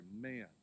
man